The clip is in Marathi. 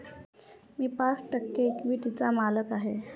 मी पाच टक्के इक्विटीचा मालक आहे